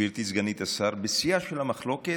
גברתי סגנית השר, בשיאה של המחלוקת,